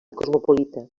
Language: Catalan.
cosmopolita